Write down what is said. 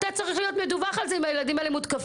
אתה צריך להיות מדווח על זה אם הילדים האלה מותקפים.